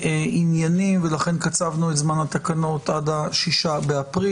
עניינים, ולכן קצבנו את זמן התקנות עד 6 באפריל.